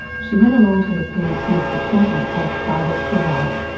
she went along to her parentsnext appointment at a private provider.